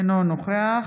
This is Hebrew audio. אינו נוכח